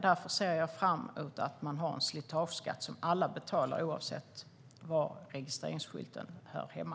Därför ser jag fram emot en slitageskatt som alla betalar oavsett var registreringsskylten hör hemma.